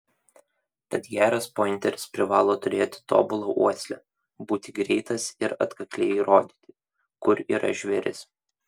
tad geras pointeris privalo turėti tobulą uoslę būti greitas ir atkakliai rodyti kur yra žvėris